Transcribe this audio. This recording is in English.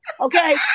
Okay